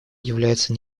является